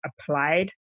applied